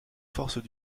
forces